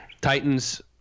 Titans